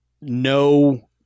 No